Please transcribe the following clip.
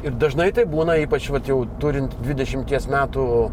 ir dažnai tai būna ypač vat jau turint dvidešimties metų